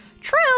True